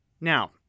Now